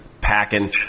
packing